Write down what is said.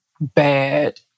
bad